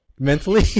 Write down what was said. Mentally